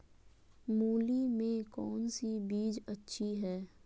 मूली में कौन सी बीज अच्छी है?